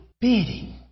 bidding